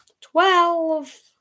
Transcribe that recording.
twelve